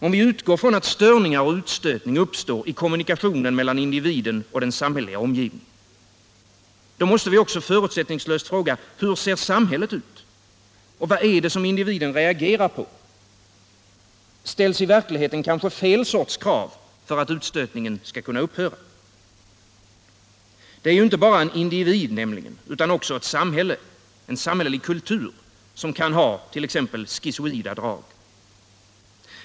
Om vi utgår från att störningar och utstötning uppstår i kommunikationen mellan individen och den samhälleliga omgivningen måste vi också förutsättningslöst fråga: Hur ser samhället ut? Och vad är det som individen reagerar på? Ställs i verkligheten kanske fel sorts krav för att utstötningen skall kunna upphöra? Inte bara en individ utan också ett samhälle — en samhällelig kultur — kan nämligen ha schizoida drag.